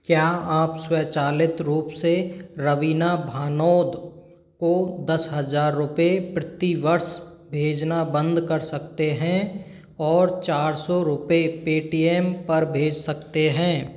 क्या आप स्वचालित रूप से रवीना भानोद को दस हज़ार रुपये प्रति वर्ष भेजना बंद कर सकते हैं और चार सौ रुपये पेटीएम पर भेज सकते हैं